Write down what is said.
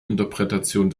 interpretation